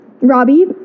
Robbie